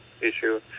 issue